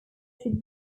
should